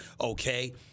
Okay